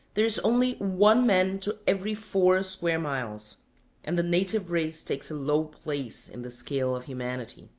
there is only one man to every four square miles and the native race takes a low place in the scale of humanity.